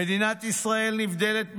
"מדינת ישראל נבדלת מאויביה.